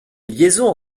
liaisons